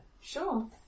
sure